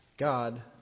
God